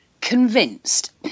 convinced